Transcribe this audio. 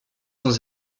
sans